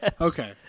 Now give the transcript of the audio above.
Okay